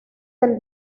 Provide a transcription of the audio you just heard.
del